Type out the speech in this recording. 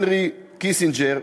הנרי קיסינג'ר,